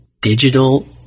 digital